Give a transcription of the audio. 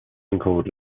encode